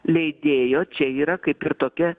leidėjo čia yra kaip ir tokia